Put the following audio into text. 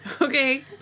Okay